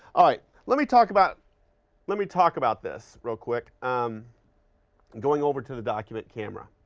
all right, let me talk about let me talk about this real quick. um going over to the document camera,